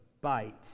bite